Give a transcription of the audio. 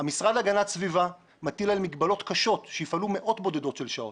המשרד להגנת הסביבה מטיל מגבלות קשות שיפעלו מאות בודדות של שעות.